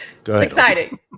exciting